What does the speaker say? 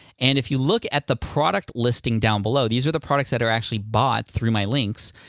and if you look at the product listing down below, these are the products that are actually bought through my links.